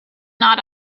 not